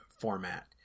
format